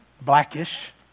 blackish